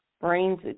brains